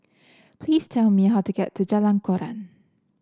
please tell me how to get to Jalan Koran